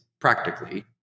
practically